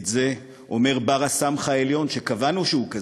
את זה אומר בר-הסמכא העליון שקבענו שהוא כזה,